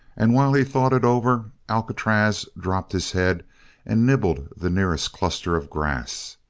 and while he thought it over alcatraz dropped his head and nibbled the nearest cluster of grass.